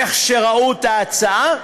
איך שראו את ההצעה,